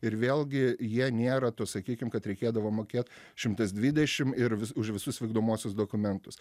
ir vėlgi jie nėra to sakykim kad reikėdavo mokėt šimtas dvidešimt ir vis už visus vykdomuosius dokumentus